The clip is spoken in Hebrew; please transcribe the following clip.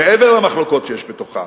מעבר למחלוקות שיש בתוכה,